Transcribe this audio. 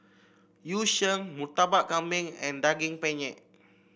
Yu Sheng Murtabak Kambing and Daging Penyet